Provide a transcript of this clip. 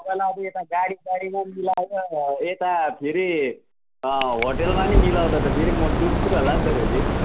तपाईँलाई अब यता गाडी गाडीमा पनि मिलाएर यता फेरि होटेलमा नि मिलाउँदा त म त फेरि डुब्छु होला नि त फेरि